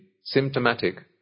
symptomatic